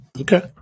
Okay